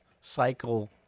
cycle